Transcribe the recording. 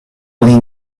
oni